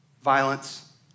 violence